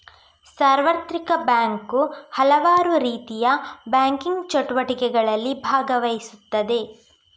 ಸಾರ್ವತ್ರಿಕ ಬ್ಯಾಂಕು ಹಲವಾರುರೀತಿಯ ಬ್ಯಾಂಕಿಂಗ್ ಚಟುವಟಿಕೆಗಳಲ್ಲಿ ಭಾಗವಹಿಸುತ್ತದೆ